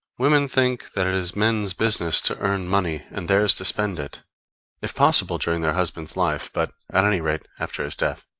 women think that it is men's business to earn money and theirs to spend it if possible during their husband's life, but, at any rate, after his death.